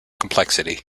complexity